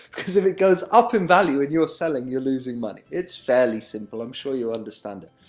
because if it goes up in value, and you're selling you're losing money. it's fairly simple. i'm sure you understand it.